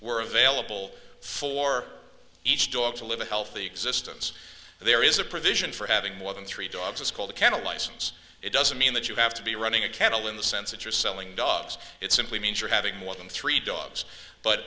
were available for each dog to live a healthy existence there is a provision for having more than three dogs it's called a kennel license it doesn't mean that you have to be running a kennel in the sense that you're selling dogs it simply means you're having more than three dogs but